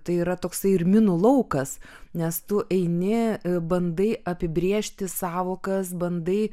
tai yra toksai ir minų laukas nes tu eini bandai apibrėžti sąvokas bandai